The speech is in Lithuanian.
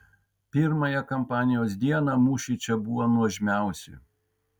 pirmąją kampanijos dieną mūšiai čia buvo nuožmiausi